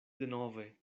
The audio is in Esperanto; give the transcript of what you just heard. denove